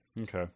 Okay